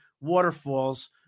waterfalls